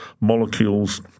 molecules